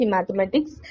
Mathematics